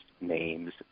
names